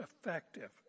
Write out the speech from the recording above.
effective